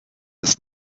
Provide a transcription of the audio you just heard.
ist